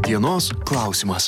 dienos klausimas